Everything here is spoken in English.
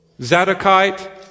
Zadokite